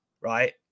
right